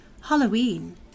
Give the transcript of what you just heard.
Halloween